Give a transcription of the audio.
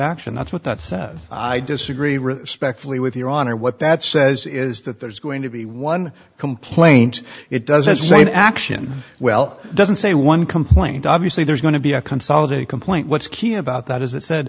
action that's what that says i disagree respectfully with your honor what that says is that there's going to be one complaint it does as an action well doesn't say one complaint obviously there's going to be a consolidated complaint what's key about that is it said